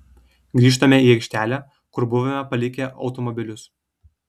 grįžtame į aikštelę kur buvome palikę automobilius